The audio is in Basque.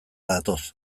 datoz